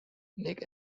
nick